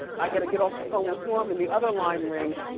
i gotta get off the phone with norman, the other line rings.